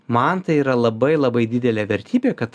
man tai yra labai labai didelė vertybė kad